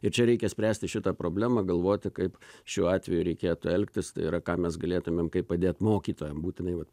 ir čia reikia spręsti šitą problemą galvoti kaip šiuo atveju reikėtų elgtis tai yra ką mes galėtumėm kaip padėt mokytojam būtinai vat